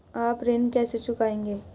आप ऋण कैसे चुकाएंगे?